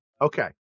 okay